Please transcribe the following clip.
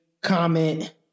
comment